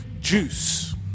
Juice